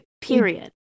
period